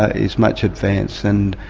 ah is much advanced, and